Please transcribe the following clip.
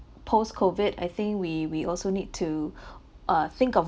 posts COVID I think we we also need to uh think of